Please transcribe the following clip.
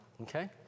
Okay